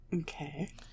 Okay